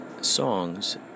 songs